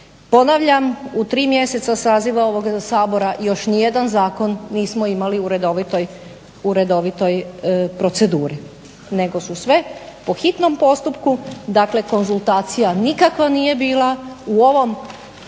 Ponavljam, u tri mjeseca saziva ovog Sabora još ni jedan zakon nismo imali u redovitoj proceduri, nego su sve po hitnom postupku. Dakle, konzultacija nikakva nije bila. U ovom